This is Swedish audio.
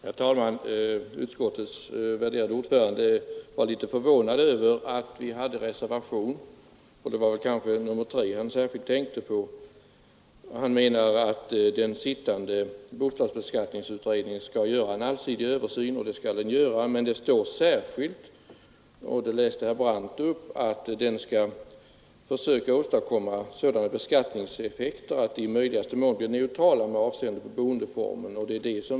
Herr talman! Utskottets värderade ordförande var litet förvånad över att vi hade en reservation — det var kanske nr 3 han då särskilt tänkte på. Han menade att den sittande bostadsskattekommittén skall göra en allsidig översyn. Ja, det skall den göra, men det står särskilt — och detta läste herr Brandt upp — att den skall försöka åstadkomma sådana beskattningseffekter att de i möjligaste mån blir neutrala med avseende på boendeformer.